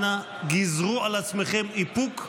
גזרו על עצמכם איפוק,